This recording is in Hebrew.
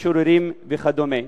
משוררים וכדומה?